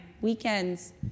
weekends